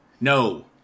No